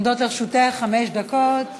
עומדות לרשותך חמש דקות